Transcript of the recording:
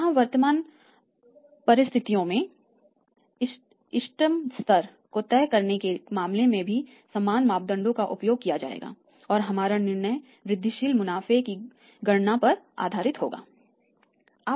यहां वर्तमान परिसंपत्तियों के इष्टतम स्तर को तय करने के मामले में भी समान मापदंडों का उपयोग किया जाएगा और हमारा निर्णय वृद्धिशील मुनाफ़े की गणना पर आधारित होगा